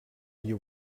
you